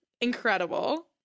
incredible